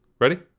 Ready